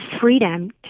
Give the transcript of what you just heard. freedom